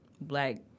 black